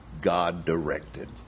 God-directed